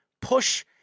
push